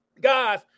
guys